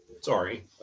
Sorry